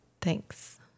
Thanks